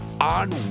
on